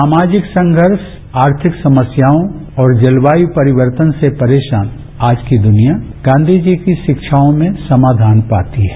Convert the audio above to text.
सामाजिक संघर्ष आर्थिक समस्याओं और जलवायु परिवर्तन से परेशान आज की दुनिया गांधी जी की शिक्षाओं में समाधान पाती है